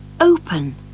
open